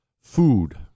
Food